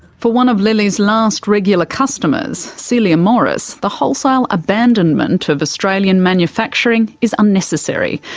for one of lily's last regular customers, celia morris, the wholesale abandonment of australian manufacturing is unnecessary.